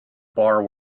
bar